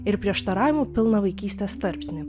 ir prieštaravimų pilną vaikystės tarpsnį